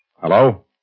Hello